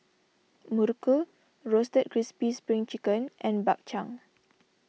Muruku Roasted Crispy Spring Chicken and Bak Chang